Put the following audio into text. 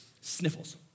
sniffles